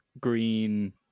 green